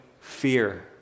fear